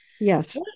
Yes